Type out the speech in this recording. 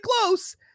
close